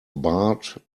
barred